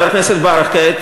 חבר הכנסת ברכה,